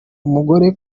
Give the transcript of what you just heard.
umugore